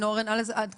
בסדר גמור,